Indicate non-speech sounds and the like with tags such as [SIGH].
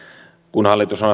kun hallitus on [UNINTELLIGIBLE]